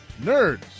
Nerds